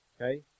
Okay